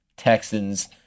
Texans